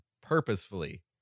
purposefully